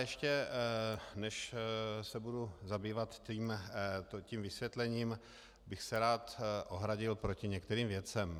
Ještě než se budu zabývat tím vysvětlením, bych ale se rád ohradil, proti některým věcem.